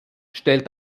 stellt